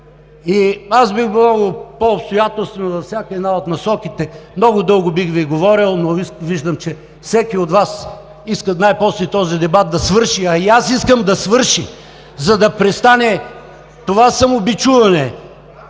И аз бих бил по-обстоятелствен във всяка една от насоките, много дълго бих Ви говорил, но виждам, че всеки от Вас иска най-после този дебат да свърши, а и аз искам да свърши, за да престане това самобичуване…